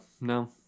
no